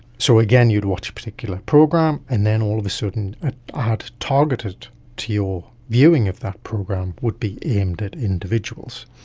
so, again, you'd watch a particular program and then all of a sudden an ad targeted to your viewing of that program would be aimed at individuals.